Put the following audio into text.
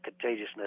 contagiousness